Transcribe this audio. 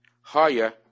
higher